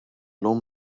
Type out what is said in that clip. lum